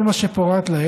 לנוכח כל מה שפורט לעיל,